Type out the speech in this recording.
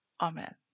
amen